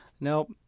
Nope